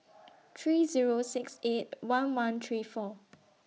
three Zero six eight one one three four